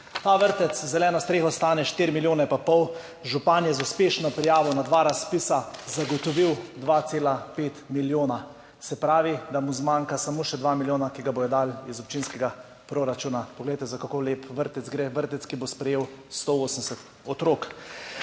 Ta vrtec z zeleno streho stane štiri milijone in pol, župan je z uspešno prijavo na dva razpisa zagotovil 2,5 milijona, se pravi, da mu zmanjkata samo še dva milijona, ki ju bodo dali iz občinskega proračuna. Poglejte, za kako lep vrtec gre. / pokaže zboru/ Vrtec, ki bo sprejel 180 otrok.